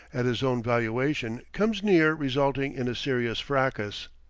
at his own valuation comes near resulting in a serious fracas.